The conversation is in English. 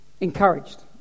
encouraged